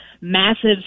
massive